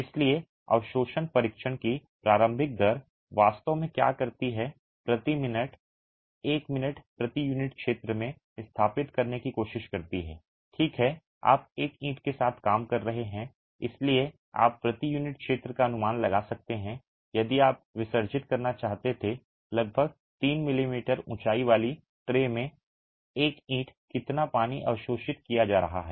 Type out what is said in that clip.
इसलिए अवशोषण परीक्षण की प्रारंभिक दर वास्तव में क्या करती है प्रति मिनट 1 मिनट प्रति यूनिट क्षेत्र में स्थापित करने की कोशिश करती है ठीक है आप एक ईंट के साथ काम कर रहे हैं इसलिए आप प्रति यूनिट क्षेत्र का अनुमान लगा सकते हैं यदि आप विसर्जित करना चाहते थे लगभग 3 मिलीमीटर ऊँचाई वाली ट्रे में एक ईंट कितना पानी अवशोषित किया जा रहा है